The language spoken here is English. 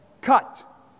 cut